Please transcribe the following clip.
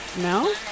No